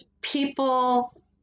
people